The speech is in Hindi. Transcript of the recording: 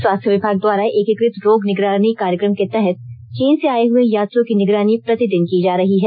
स्वास्थ्य विभाग द्वारा एकीकृत रोग निगरानी कार्यक्रम के तहत चीन से आए हए यात्रियों की निगरानी प्रतिदिन की जा रही है